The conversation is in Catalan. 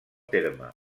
terme